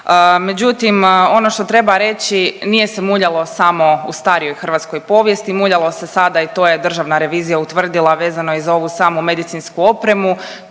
Međutim ono što treba reći, nije se muljalo samo u starijoj hrvatskoj povijesti, muljalo se sada i to je državna revizija utvrdila vezano i za ovu samu medicinsku opremu,